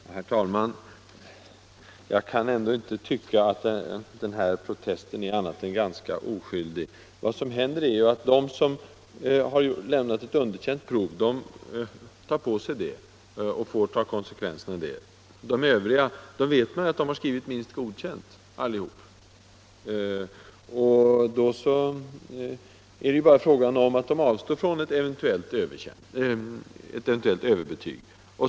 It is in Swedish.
Herr talman! Jag kan ändå inte tycka att den här protesten är annat än ganska oskyldig. Vad som händer är ju att de elever som har lämnat ett underkänt prov tar på sig detta och får ta konsekvenserna av det. Beträffande de övriga vet man att de har skrivit minst godkänt allihop. Då är det ju bara fråga om att de avstår från ett eventuellt överbetyg.